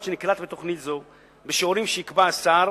שנקלט בתוכנית זו בשיעורים שיקבע השר